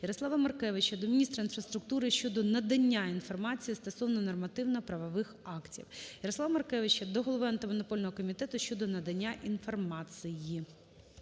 Ярослава Маркевича до міністра інфраструктури щодо надання інформації стосовно нормативно-правових актів. Ярослава Маркевича до голови Антимонопольного комітету щодо надання інформації.